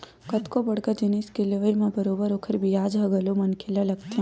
कतको बड़का जिनिस के लेवई म बरोबर ओखर बियाज ह घलो मनखे ल लगथे